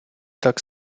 так